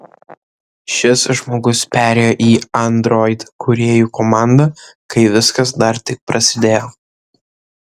šis žmogus perėjo į android kūrėjų komandą kai viskas dar tik prasidėjo